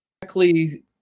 directly